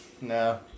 No